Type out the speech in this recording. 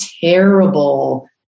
terrible